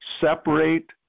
separate